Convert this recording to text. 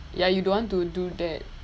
ya you don't want to do that